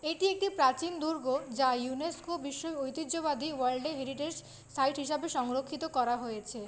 এটি একটি প্রাচীন দুর্গ যা ইউনেস্কো বিশ্বের ঐতিহ্যবাদী ওয়ার্ল্ডের হেরিটেজ সাইট হিসাবে সংরক্ষিত করা হয়েছে